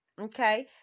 Okay